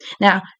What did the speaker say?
Now